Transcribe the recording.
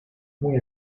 muy